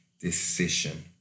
decision